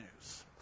news